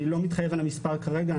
אני לא מתחייב על המספר כרגע,